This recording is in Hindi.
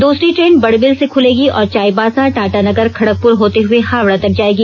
दूसरी ट्रेन बड़बिल से खुलेगी और चाईबासा टाटानगर खड़गपुर होते हुए हावड़ा तक जाएगी